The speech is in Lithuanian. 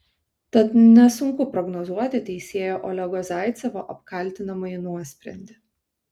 tad nesunku prognozuoti teisėjo olego zaicevo apkaltinamąjį nuosprendį